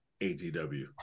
ATW